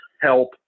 help